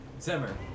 Zimmer